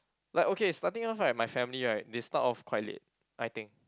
like okay is nothing else right my family right they start off quite late I think